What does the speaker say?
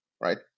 right